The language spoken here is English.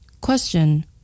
Question